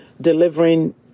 delivering